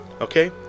Okay